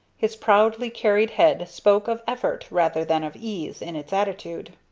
his proudly carried head spoke of effort rather than of ease in its attitude.